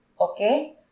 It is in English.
Okay